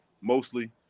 mostly